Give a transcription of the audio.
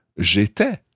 j'étais